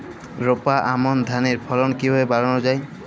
রোপা আমন ধানের ফলন কিভাবে বাড়ানো যায়?